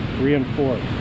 reinforced